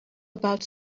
about